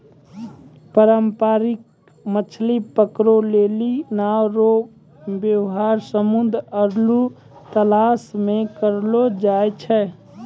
पारंपरिक मछली पकड़ै लेली नांव रो वेवहार समुन्द्र आरु तालाश मे करलो जाय छै